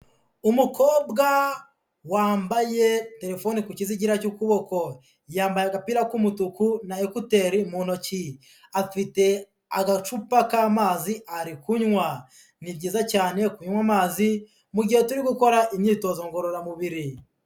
Umukobwa wambaye telefone ku kizigira cy'ukuboko. Yambaye agapira k'umutuku na ekuteri mu ntoki. Afite agacupa k'amazi, ari kunywa. Ni byiza cyane kunywa amazi, mu gihe turi gukora imyitozo ngororamubiri.